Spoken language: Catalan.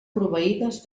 proveïdes